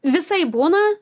visaip būna